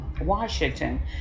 Washington